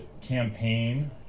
campaign